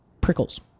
prickles